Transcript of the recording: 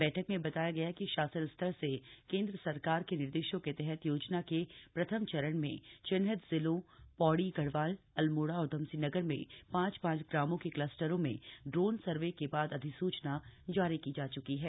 बैठक में बताया गया कि शासन स्तर से केन्द्र सरकार के निर्देशों के तहत योजना के प्रथम चरण में चिन्हित जिलों पौड़ी गढ़वाल अल्मोड़ा और ऊधमसिंहनगर में पांच पांच ग्रामों के क्लस्टरों में ड्रोन सर्वे के बाद अधिसूचना जारी की जा च्की है